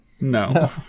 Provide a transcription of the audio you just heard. No